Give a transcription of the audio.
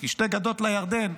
כי שתי גדות לירדן,